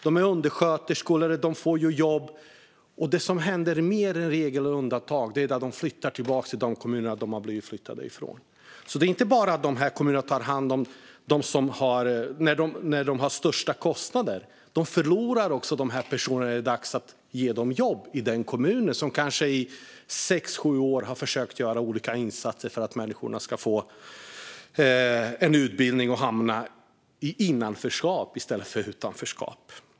De är undersköterskor, och de får jobb. Det som händer då - vilket är mer regel än undantag - är att de flyttar tillbaka till de kommuner som de blev förflyttade från. Det är alltså inte bara så att kommunerna tar hand om dem som innebär störst kostnader, utan de förlorar också dessa personer när det är dags att ge dem jobb. Detta är den kommun som kanske i sex sju år har försökt göra olika insatser för att de här människorna ska få en utbildning och hamna i innanförskap i stället för i utanförskap.